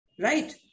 Right